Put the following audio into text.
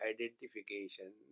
identification